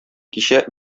кичә